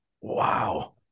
Wow